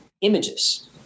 images